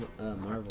Marvel